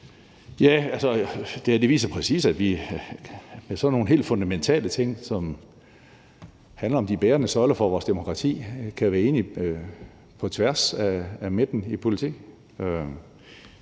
Det her viser præcis, at vi med sådan nogle helt fundamentale ting, som handler om de bærende søjler for vores demokrati, kan være enige hen over midten i politik.